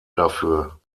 dafür